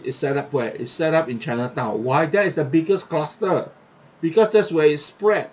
is set up where is set up in chinatown why that is the biggest cluster because that's where it spread